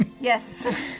Yes